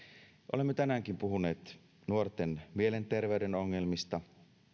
olemme tänäänkin puhuneet nuorten mielenterveyden ongelmista